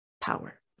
power